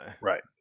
Right